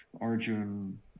Arjun